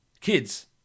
kids